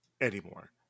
anymore